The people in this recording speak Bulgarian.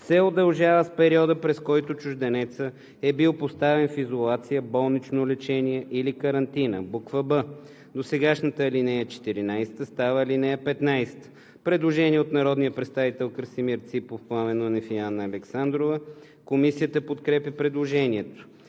се удължава с периода, през който чужденецът е бил поставен в изолация, болнично лечение или карантина.“; б) досегашната ал. 14 става ал. 15.“ Предложение от народните представители Красимир Ципов, Пламен Нунев и Анна Александрова. Комисията подкрепя предложението.